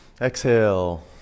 exhale